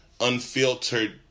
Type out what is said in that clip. unfiltered